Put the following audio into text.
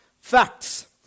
facts